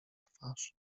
twarz